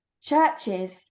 churches